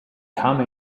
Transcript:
come